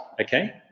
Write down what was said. okay